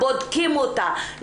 בודקים אותה,